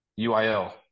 UIL